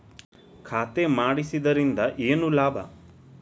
ಖಾತೆ ಮಾಡಿಸಿದ್ದರಿಂದ ಏನು ಲಾಭ?